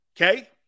Okay